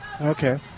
Okay